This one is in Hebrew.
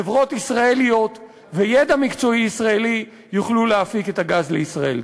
חברות ישראליות וידע מקצועי ישראלי יוכלו להפיק את הגז לישראל.